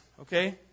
okay